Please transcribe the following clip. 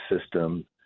system